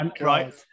right